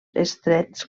estrets